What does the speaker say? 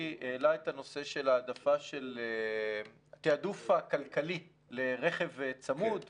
חברי העלה את הנושא של התעדוף הכלכלי לרכב צמוד וכו'.